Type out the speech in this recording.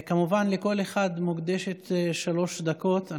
כמובן לכל אחד מוקדשות שלוש דקות.